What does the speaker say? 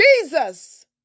Jesus